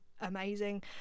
amazing